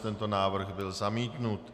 Tento návrh byl zamítnut.